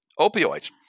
opioids